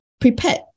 prepared